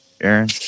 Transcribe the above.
Aaron